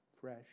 fresh